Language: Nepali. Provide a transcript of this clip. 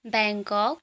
ब्याङ्कक